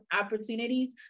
opportunities